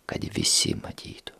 kad visi matytų